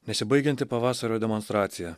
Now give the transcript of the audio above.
nesibaigianti pavasario demonstracija